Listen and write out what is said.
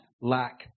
lack